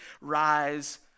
rise